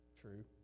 true